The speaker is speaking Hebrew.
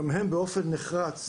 גם הם באופן נחרץ,